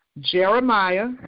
Jeremiah